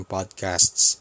Podcasts